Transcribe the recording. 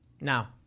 Now